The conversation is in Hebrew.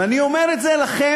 ואני אומר את זה לכם,